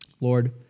Lord